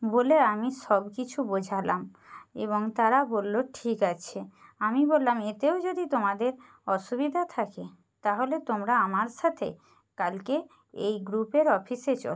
বলে আমি সব কিছু বোঝালাম এবং তারা বলল ঠিক আছে আমি বললাম এতেও যদি তোমাদের অসুবিধা থাকে তাহলে তোমরা আমার সাথে কালকে এই গ্রুপের অফিসে চল